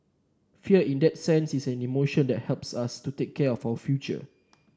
fear in that sense is an emotion that helps us to take care of our future